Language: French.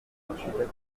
l’architecte